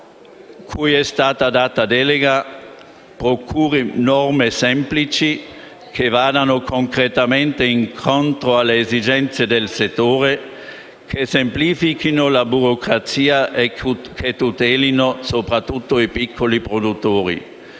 cui è stata conferita delega, produca norme semplici che vadano concretamente incontro alle esigenze del settore, semplifichino la burocrazia e tutelino soprattutto i piccoli produttori.